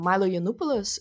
mailo janupulus